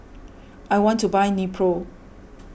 I want to buy Nepro